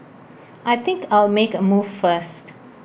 I think I'll make A move first